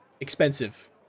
expensive